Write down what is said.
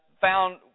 found